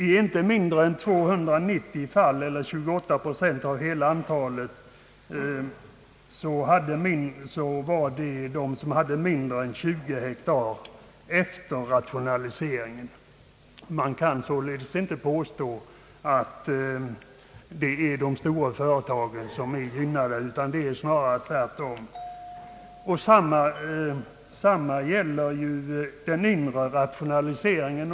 I inte mindre än 290 fall eller 28 procent av hela antalet var arealen efter rationaliseringen mindre än 20 hektar. Man kan således inte påstå att det är de stora företagen som är gynnade, utan det är snarare tvärtom. Samma förhållande gäller beträffande den inre rationaliseringen.